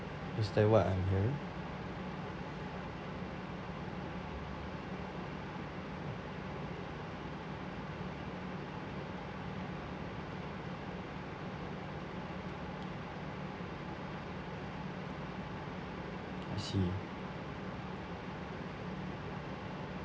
is that what I'm hearing I see